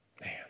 Man